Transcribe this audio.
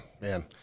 man